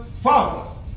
Follow